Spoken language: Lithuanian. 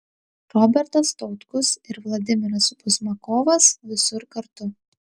robertas tautkus ir vladimiras buzmakovas visur kartu